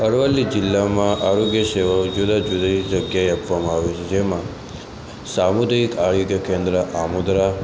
અરવલ્લી જિલ્લામાં આરોગ્ય સેવાઓ જુદા જુદી જગ્યાએ આપવામાં આવે છે જેમાં સામુદાયિક આરોગ્ય કેન્દ્ર આમોદરા